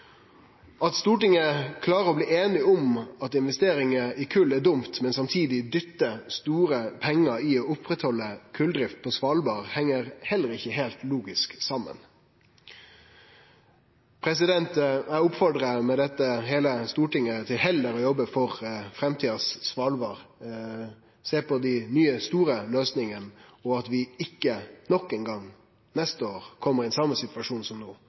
At Stortinget klarar å bli einig om at investeringar i kol er dumt, men samtidig dyttar store pengar inn i å halde oppe koldrift på Svalbard, heng heller ikkje heilt logisk saman. Eg oppmodar med dette heile Stortinget til heller å jobbe for framtidas Svalbard og sjå på dei nye, store løysingane, og at vi ikkje enda ein gong – neste år – kjem i den same situasjonen som no.